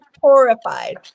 horrified